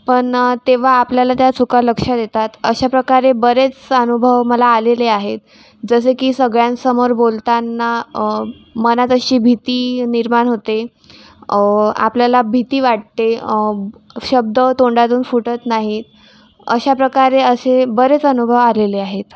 पण तेव्हा आपल्याला त्या चुका लक्षात येतात अशाप्रकारे बरेच अनुभव मला आलेले आहेत जसे की सगळ्यांसमोर बोलताना मनात अशी भीती निर्माण होते आपल्याला भीती वाटते शब्द तोंडातून फुटत नाहीत अशाप्रकारे असे बरेच अनुभव आलेले आहेत